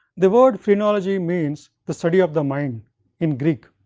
the word phrenology means the study of the mind in greek.